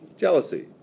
Jealousy